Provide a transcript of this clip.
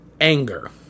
Anger